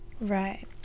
Right